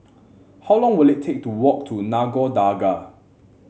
how long will it take to walk to Nagore Dargah